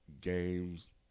games